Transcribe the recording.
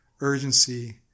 urgency